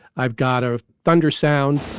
i've got a thunder sound,